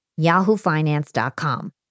yahoofinance.com